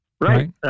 Right